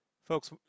Folks